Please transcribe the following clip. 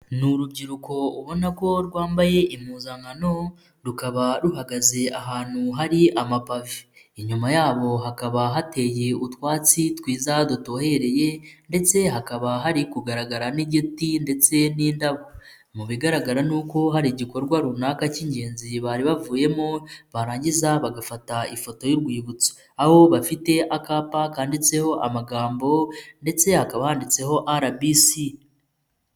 Ni urubyiruko ubona ko rwambaye impuzankano rukaba ruhagaze ahantu hari amabave, inyuma yabo hakaba hateye utwatsi twiza dutohereye ndetse hakaba hari kugaragara n'igiti ndetse n'indabo, mu bigaragara ni uko hari igikorwa runaka k'ingenzi bari bavuyemo barangiza bagafata ifoto y'urwibutso, aho bafite akapa kanditseho amagambo ndetse hakaba handitseho RBC.